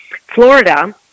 Florida